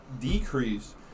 decrease